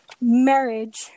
marriage